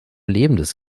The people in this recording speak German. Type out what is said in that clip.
lebendes